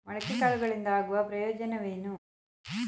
ಮೊಳಕೆ ಕಾಳುಗಳಿಂದ ಆಗುವ ಪ್ರಯೋಜನವೇನು?